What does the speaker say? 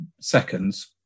seconds